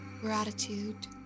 gratitude